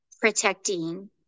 protecting